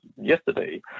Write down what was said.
yesterday